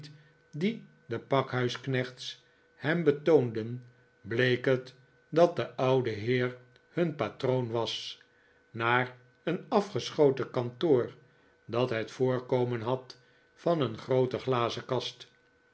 dien de pakhuisknechts hem betoonden bleek het dat de oude heer hud patroon was naar een afgeschoten kantoor dat het voorkomen had van een groote glazenkast